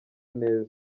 neza